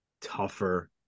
tougher